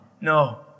No